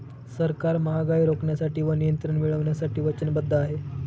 सरकार महागाई रोखण्यासाठी व नियंत्रण मिळवण्यासाठी वचनबद्ध आहे